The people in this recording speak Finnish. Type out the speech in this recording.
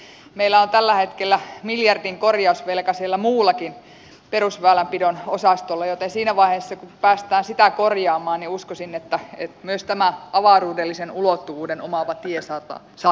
mutta valitettavasti meillä on tällä hetkellä miljardin korjausvelka siellä muullakin perusväylänpidon osastolla joten siinä vaiheessa kun päästään sitä korjaamaan niin uskoisin että myös tämä avaruudellisen ulottuvuuden omaava tie saadaan kuntoon